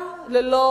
ללא